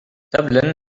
dublin